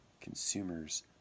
Consumers